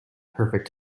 perfect